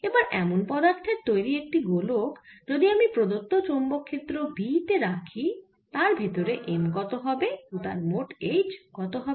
এবার এমন পদার্থের তৈরি একটি গোলক যদি আমি প্রদত্ত চৌম্বক ক্ষেত্র B তে রাখি তার ভেতরে M কত হবে ও তার মোট H কত হবে